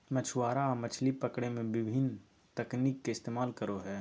मछुआरा मछली पकड़े में विभिन्न तकनीक के इस्तेमाल करो हइ